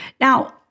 Now